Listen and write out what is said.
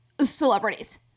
celebrities